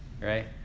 right